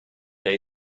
day